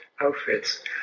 outfits